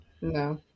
No